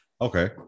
Okay